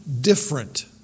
different